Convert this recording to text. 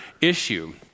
issue